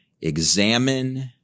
Examine